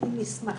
עם מסמכים,